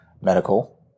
medical